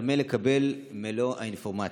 צמא לקבל את מלוא האינפורמציה.